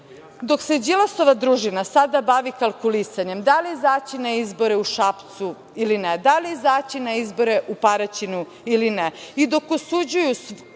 se Đilasova družina sada bavi kalkulisanjem da li izaći na izbore u Šapcu ili ne, da li izaći na izbore u Paraćinu ili ne i dok osuđuju